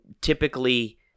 typically